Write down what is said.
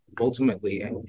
ultimately